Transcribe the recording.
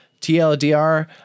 TLDR